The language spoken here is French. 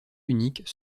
unique